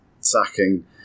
sacking